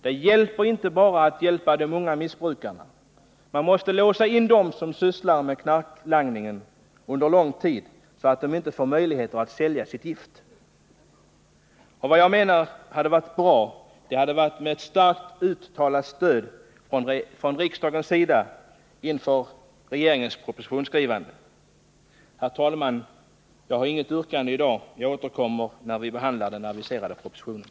Det räcker inte med att bara hjälpa de många missbrukarna. Vi måste under lång tid låsa in dem som sysslar med narkotikalangning, så att de inte får möjlighet att sälja sitt gift. Inför regeringens propositionsskrivande hade det enligt min mening varit bra med ett starkt uttalat stöd för denna tanke från riksdagens sida. Herr talman! Jag har inget yrkande i dag. Jag återkommer när vi behandlar den aviserade propositionen.